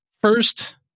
first